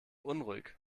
unruhig